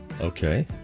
Okay